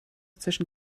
zwischen